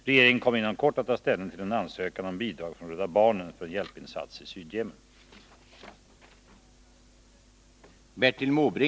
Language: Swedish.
Regeringen kommer inom kort att ta ställning till en ansökan om bidrag från Rädda barnen för en hjälpinsats i Sydyemen.